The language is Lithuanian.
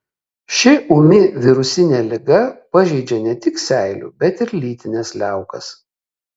ši ūmi virusinė liga pažeidžia ne tik seilių bet ir lytines liaukas